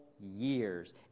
years